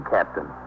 Captain